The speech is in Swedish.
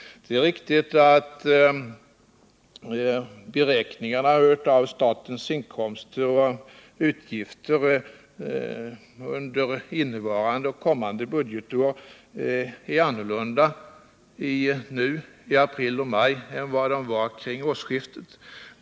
Det är riktigt att beräkningarna av statens inkomster och utgifter under innevarande och nästkommande budgetår är annorlunda nu i april och maj än vad de var kring årsskiftet.